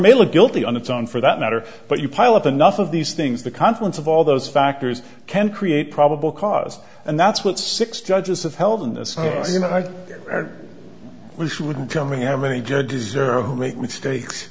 mail a guilty on its own for that matter but you pile up enough of these things the confluence of all those factors can create probable cause and that's what six judges have held and as you know i wish you wouldn't tell me how many judges are who make mistakes